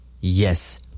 Yes